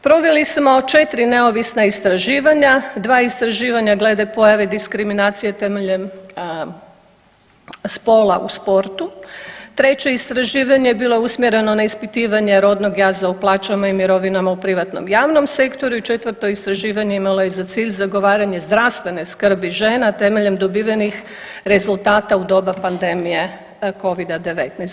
Proveli smo 4 neovisna istraživanja, 2 istraživanja glede pojave diskriminacije temeljem spola u sportu, treće istraživanje je bilo usmjereno na ispitivanje rodnog jaza u plaćama i mirovinama u privatnom i javnom sektoru i četvrto istraživanje imalo je za cilj zagovaranje zdravstvene skrbi žena temeljem dobivenih rezultata u doba pandemije covida-19.